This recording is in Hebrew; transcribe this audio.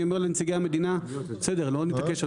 אני אומר לנציגי המדינה בסדר לא נתעקש,